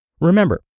Remember